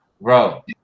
bro